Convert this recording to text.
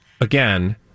again